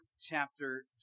chapter